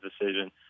decision